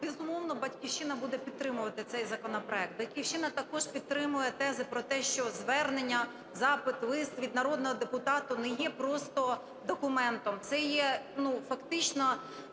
Безумовно, "Батьківщина" буде підтримувати цей законопроект. "Батьківщина" також підтримує тези про те, що звернення, запит, лист від народного депутата не є просто документом – це є фактично